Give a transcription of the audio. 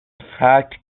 fact